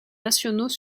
nationaux